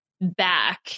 back